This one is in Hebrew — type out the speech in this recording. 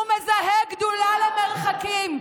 הוא מזהה גדולה למרחקים.